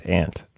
ant